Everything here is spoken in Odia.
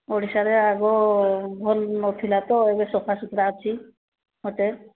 ଓଡ଼ିଶାରେ ଆଗ ଭଲ ନଥିଲା ତ ଏବେ ସଫାସୁତୁରା ଅଛି ହୋଟେଲ୍